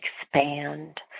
expand